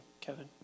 Kevin